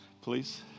please